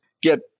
get